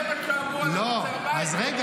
זה מה שאמרו על ערוץ 14 --- אז רגע,